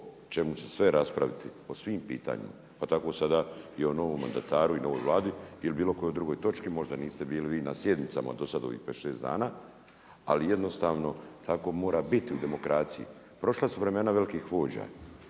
čemu će sve raspraviti, o svim pitanjima pa tako sada i o novom mandataru i o novoj Vladi ili o bilo kojoj drugoj točki. Možda niste bili vi na sjednicama do sad ovih pet, šest dana. Ali jednostavno mora biti u demokraciji. Prošla su vremena velikih vođa